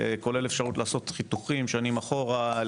כולל אפשרות לעשות חיתוכים שנים אחורה.